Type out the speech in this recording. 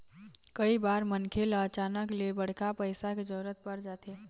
कइ बार मनखे ल अचानक ले बड़का पइसा के जरूरत पर जाथे